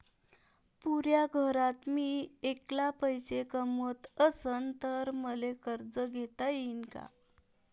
पुऱ्या घरात मी ऐकला पैसे कमवत असन तर मले कर्ज घेता येईन का?